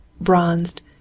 bronzed